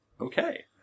okay